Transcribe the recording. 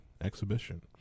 exhibition